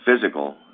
physical